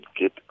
get